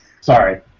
Sorry